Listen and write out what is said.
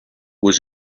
was